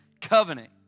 Covenant